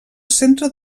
centre